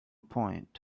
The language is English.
point